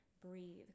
breathe